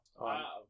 Wow